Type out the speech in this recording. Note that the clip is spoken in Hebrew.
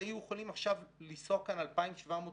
שהיו יכולים עכשיו לנסוע כאן 2,700 אוטובוסים,